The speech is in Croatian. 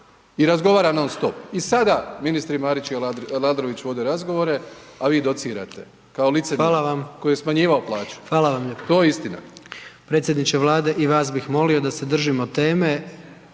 i razgovara non stop. I sada ministri Marić i Aladrović vode razgovore, a vi docirate kao licemjer koji je smanjivao plaću. To je istina.